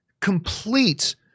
complete